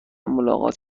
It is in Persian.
ملاقات